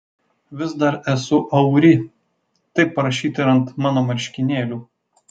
vis dar esu auri taip parašyta ir ant mano marškinėlių